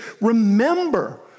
remember